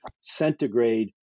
centigrade